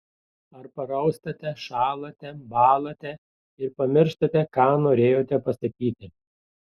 ar paraustate šąlate bąlate ir pamirštate ką norėjote pasakyti